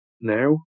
now